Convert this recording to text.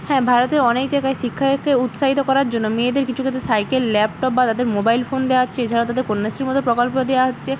হ্যাঁ ভারতের অনেক জায়গায় শিক্ষাকে উৎসাহিত করার জন্য মেয়েদের কিছু ক্ষেত্রে সাইকেল ল্যাপটপ বা তাদের মোবাইল ফোন দেওয়া হচ্ছে এছাড়া তাদের কন্যাশ্রীর মতো প্রকল্প দেওয়া হচ্ছে